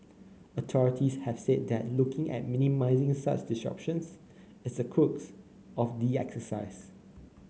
authorities have said that looking at minimising such disruptions is the crux of the exercise